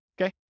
Okay